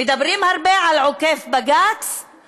מדברים הרבה על עוקף בג"ץ,